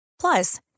Plus